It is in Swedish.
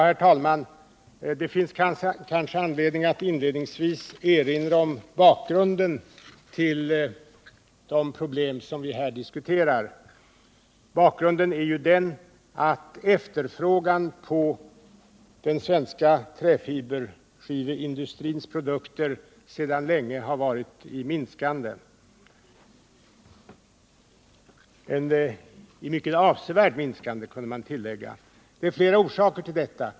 Herr talman! Det finns kanske anledning att inledningsvis erinra om bakgrunden till de problem som här diskuteras, nämligen att efterfrågan på den svenska träfiberskiveindustrins produkter länge har varit i avsevärt minskande. Det är flera orsaker till detta.